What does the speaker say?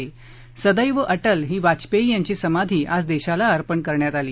सदैव अटल ही वाजपेयी यांची समाधी आज देशाला अर्पण करण्यात आली